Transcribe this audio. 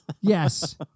Yes